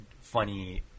funny